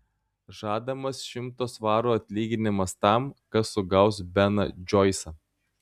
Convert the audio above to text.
žadamas šimto svarų atlyginimas tam kas sugaus beną džoisą